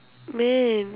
man